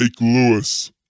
Lewis